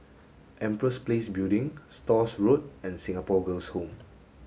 Empress Place Building Stores Road and Singapore Girls' Home